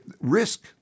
risk